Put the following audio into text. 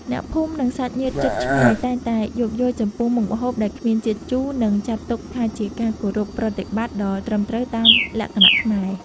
អ្នកភូមិនិងសាច់ញាតិជិតឆ្ងាយតែងតែយោគយល់ចំពោះមុខម្ហូបដែលគ្មានជាតិជូរ និង ចាត់ទុកថាជាការគោរពប្រតិបត្តិដ៏ត្រឹមត្រូវតាមលក្ខណៈខ្មែរ។